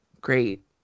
great